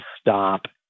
stop